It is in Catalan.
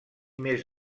més